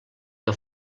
que